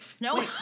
No